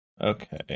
Okay